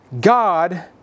God